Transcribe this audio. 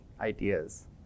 ideas